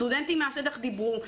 סטודנטים מהשטח דיברו,